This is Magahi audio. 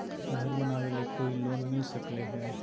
घर बनावे ले कोई लोनमिल सकले है?